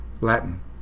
Latin